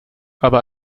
aber